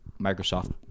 Microsoft